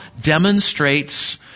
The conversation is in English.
demonstrates